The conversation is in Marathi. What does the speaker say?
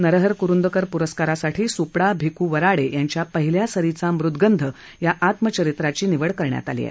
नरहर कुरुंदकर पुरस्कारासाठी सुपडा भिकू वराडे यांच्या पहिल्या सरिचा मृदुगंध या आत्मचरित्राची निवड करण्यात आली आहे